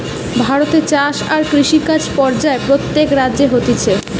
ভারতে চাষ আর কৃষিকাজ পর্যায়ে প্রত্যেক রাজ্যে হতিছে